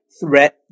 threat